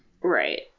Right